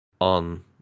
on